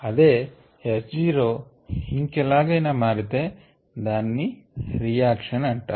అదే S0 ఇంకెలాగైనా మారితే దానిని రియాక్షన్ అంటారు